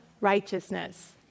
righteousness